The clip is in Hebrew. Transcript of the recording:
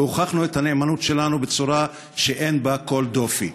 והוכחנו את הנאמנות שלנו בצורה שאין בה כל דופי.